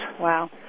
Wow